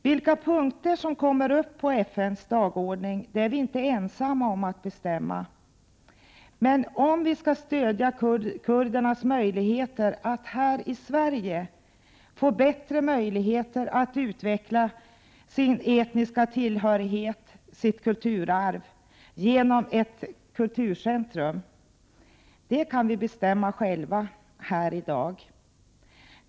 Vilka punkter som kommer upp på FN:s dagordning är vi inte ensamma om att bestämma, men om vi skall stödja kurdernas möjligheter att här i Sverige få bättre möjligheter att utveckla sin etniska tillhörighet och sitt kulturarv genom ett kulturcentrum, kan vi bestämma själva här i dag.